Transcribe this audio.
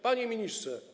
Panie Ministrze!